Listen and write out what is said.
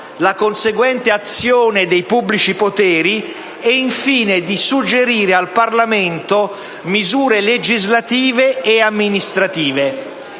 la conseguente azione dei pubblici poteri e, infine, di suggerire al Parlamento misure legislative e amministrative.